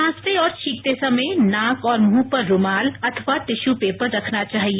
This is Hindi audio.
खासते और छींकते समय नाक और मुंह पर रूमाल अथवा टिश्यू पेपर रखना चाहिए